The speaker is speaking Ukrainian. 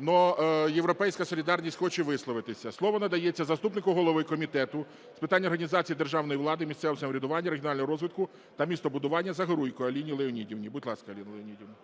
Но "Європейська солідарність" хоче висловитися. Слово надається заступнику голови Комітету з питань організації державної влади, місцевого самоврядування, регіонального розвитку та містобудування Загоруйко Аліні Леонідівні. Будь ласка, Аліна Леонідівна.